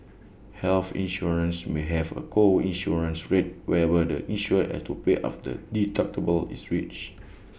health insurance may have A co insurance rate whereby the insured has to pay after the deductible is reached